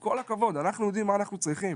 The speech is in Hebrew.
אנחנו יודעים מה אנחנו צריכים,